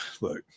look